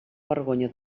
vergonya